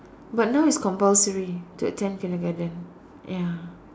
but now it's compulsory to attend kindergarten ya